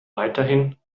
weiterhin